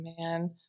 man